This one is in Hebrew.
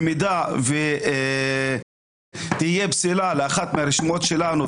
במידה שתהיה פסילה לאחת מהרשימות שלנו,